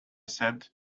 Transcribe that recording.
said